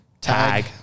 Tag